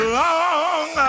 long